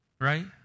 Right